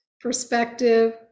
perspective